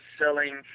selling